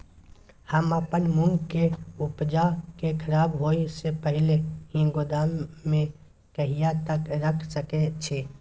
हम अपन मूंग के उपजा के खराब होय से पहिले ही गोदाम में कहिया तक रख सके छी?